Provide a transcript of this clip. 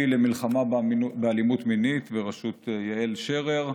למלחמה באלימות מינית בראשות יעל שרר,